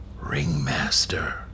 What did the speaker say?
Ringmaster